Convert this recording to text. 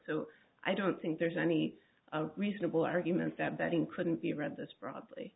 so i don't think there's any reasonable argument that betting couldn't be read this probably